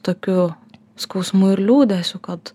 tokiu skausmu ir liūdesiu kad